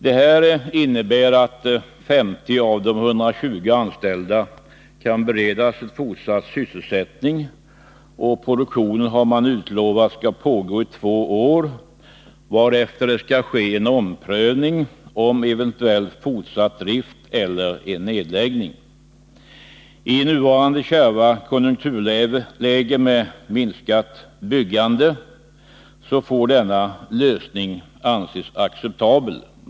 Den föreslagna lösningen innebär att 50 av de 120 anställda kan beredas fortsatt sysselsättning. Man har lovat att produktionen skall pågå i två år, varefter frågan om fortsatt drift eller nedläggning skall omprövas. I nuvarande kärva konjunkturläge med ett minskat byggande får denna . lösning anses acceptabel.